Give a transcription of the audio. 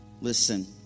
Listen